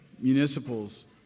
municipals